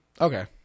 Okay